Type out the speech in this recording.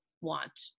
want